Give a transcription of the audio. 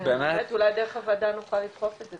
אולי דרך הוועדה נוכל לדחוף את זה,